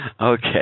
okay